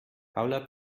paula